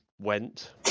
went